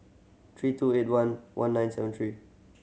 three two eight one one nine seven three